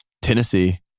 Tennessee